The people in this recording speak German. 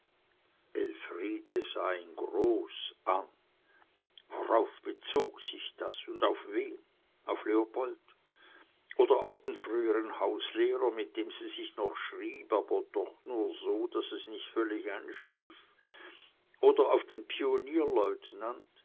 elfriede sah ihn groß an worauf bezog sich das und auf wen auf leopold oder auf den früheren hauslehrer mit dem sie sich noch schrieb aber doch nur so daß es nicht völlig einschlief oder auf den pionierlieutenant